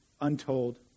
untold